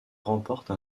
remporte